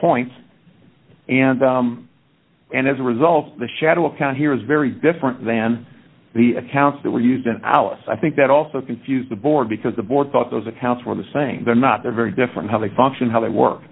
points and and as a result the shadow account here is very different than the accounts that were used in alice i think that also confused the board because the board thought those accounts were the same they're not they're very different how they function how they